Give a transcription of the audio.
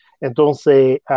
Entonces